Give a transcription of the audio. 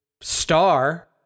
star